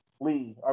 Lee